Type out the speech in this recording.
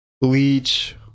Bleach